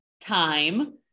time